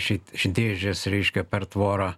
šit ši dėžės reiškia per tvorą